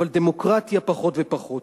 אבל דמוקרטיה פחות ופחות.